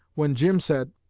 when jim said,